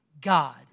God